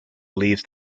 leaves